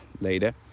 later